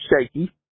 Shaky